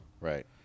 Right